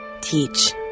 Teach